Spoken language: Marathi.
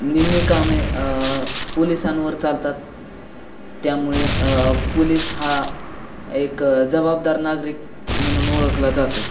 निम्मी कामे पोलिसांवर चालतात त्यामुळे पोलीस हा एक जबाबदार नागरिक म्हणून ओळखला जातो